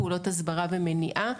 פעולות הסברה ומניעה,